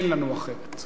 אין לנו אחרת.